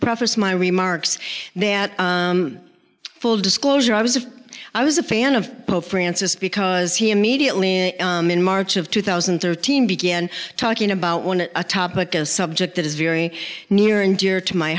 profits my remarks that full disclosure i was a i was a fan of pope francis because he immediately in march of two thousand and thirteen began talking about one a topic a subject that is very near and dear to my